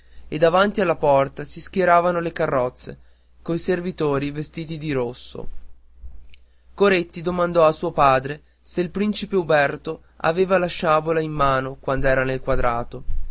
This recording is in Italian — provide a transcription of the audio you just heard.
e davanti alla porta si schieravano le carrozze coi servitori vestiti di rosso coretti domandò a suo padre se il principe umberto aveva la sciabola in mano quand'era nel quadrato